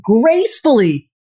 gracefully